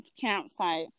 campsite